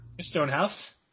Stonehouse